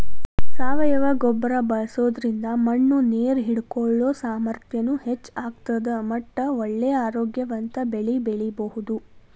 ಸಾವಯವ ಗೊಬ್ಬರ ಬಳ್ಸೋದ್ರಿಂದ ಮಣ್ಣು ನೇರ್ ಹಿಡ್ಕೊಳೋ ಸಾಮರ್ಥ್ಯನು ಹೆಚ್ಚ್ ಆಗ್ತದ ಮಟ್ಟ ಒಳ್ಳೆ ಆರೋಗ್ಯವಂತ ಬೆಳಿ ಬೆಳಿಬಹುದು